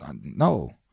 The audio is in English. No